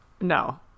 no